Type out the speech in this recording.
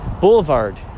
Boulevard